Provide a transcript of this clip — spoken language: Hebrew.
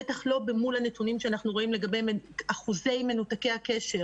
בטח לא מול הנתונים שאנחנו רואים לגבי אחוזי מנותקי הקשר.